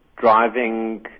driving